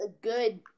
good